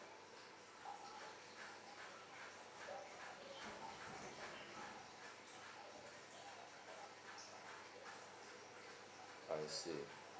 I see